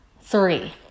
three